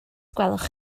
gwelwch